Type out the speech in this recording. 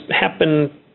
happen